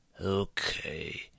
Okay